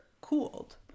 cooled